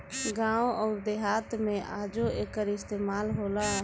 गावं अउर देहात मे आजो एकर इस्तमाल होला